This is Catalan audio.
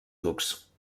ducs